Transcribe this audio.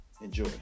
Enjoy